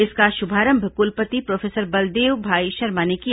इसका श्भारंभ क्लपति प्रोफेसर बलदेव भाई शर्मा ने किया